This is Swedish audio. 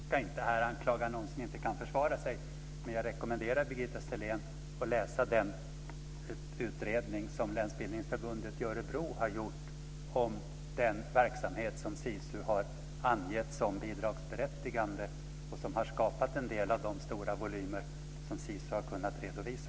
Fru talman! Jag ska inte här anklaga någon som inte kan försvara sig. Men jag rekommenderar Birgitta Sellén att läsa den utredning som länsbildningsförbundet i Örebro har gjort om den verksamhet som Sisus har angett som bidragsberättigande och som har skapat en del av de stora volymer som Sisus har kunnat redovisa.